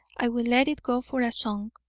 i will let it go for a song.